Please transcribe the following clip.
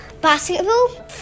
Basketball